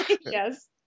yes